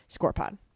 ScorePod